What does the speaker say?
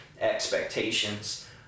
expectations